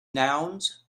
nouns